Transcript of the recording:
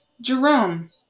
Jerome